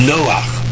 Noach